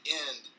end